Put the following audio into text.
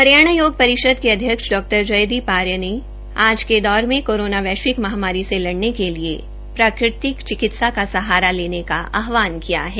हरियाणा योग परिषद के अध्यक्ष डॉ जयदीप आर्य ने आज के दौर में कोरोना वैश्विक महामारी से लड़ने के लिए प्राकृतिक चिकित्सा का सहारा लेने का आहवान किया है